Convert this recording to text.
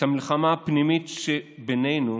את המלחמה הפנימית שבינינו